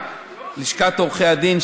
לשכת עורכי הדין,